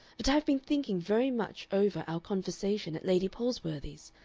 but i have been thinking very much over our conversation at lady palsworthy's,